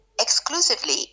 exclusively